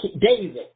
David